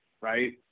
right